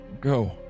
go